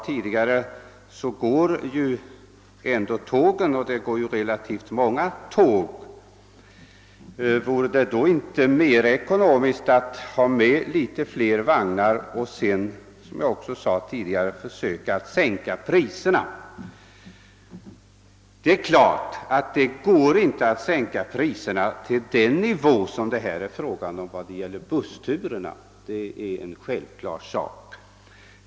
Tågen går ju ändå — det går relativt många tåg — och det vore väl då mer ekonomiskt att ta med litet fler vagnar och försöka sänka priserna. Det är givet att det inte går att sänka priserna till den nivå som gäller för bussturerna.